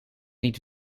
niet